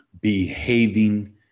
behaving